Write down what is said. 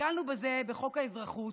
נתקלנו בזה בחוק האזרחות,